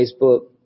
Facebook